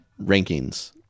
rankings